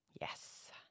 Yes